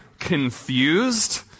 confused